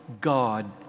God